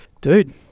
Dude